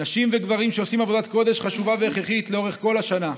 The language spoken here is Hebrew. נשים וגברים שעושים עבודת קודש חשובה והכרחית לאורך כל השנה.